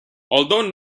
although